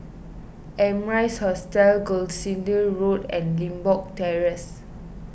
Amrise Hotel Gloucester Road and Limbok Terrace